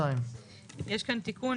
יש כאן תיקון.